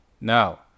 Now